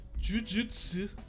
Jujutsu